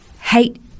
hate